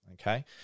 Okay